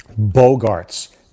Bogarts